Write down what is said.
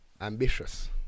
Ambitious